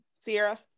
Sierra